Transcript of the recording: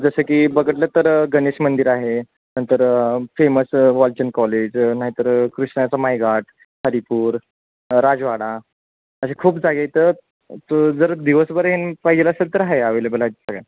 जसं की बघितलं तर गणेश मंदिर आहे नंतर फेमस वालचंद कॉलेज नाहीतर कृष्णाचं माईघाट हरिपूर राजवाडा असे खूप जागे इथ जर दिवसभर आहे ना पाहिजे असेल तर आहे अवेलेबल आहेत सगळ्या